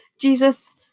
Jesus